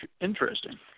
interesting